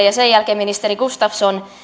ja sen jälkeen ministeri gustafsson